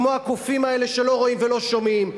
כמו הקופים האלה שלא רואים ולא שומעים.